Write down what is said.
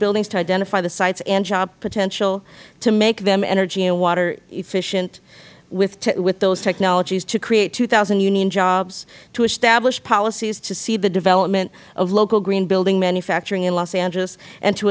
buildings to identify the sites and job potential to make them energy and water efficient with those technologies to create two thousand union jobs to establish policies to see the development of local green building manufacturing in los angeles and to